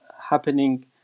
happening